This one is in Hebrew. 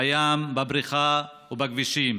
בים, בבריכה ובכבישים,